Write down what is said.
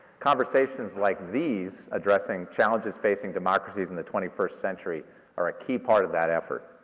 conversations like these addressing challenges facing democracies in the twenty first century are a key part of that effort.